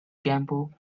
gimpo